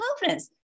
confidence